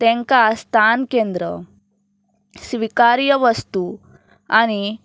तेंकां स्थान केंद्र स्विकारीय वस्तू आनी